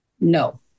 No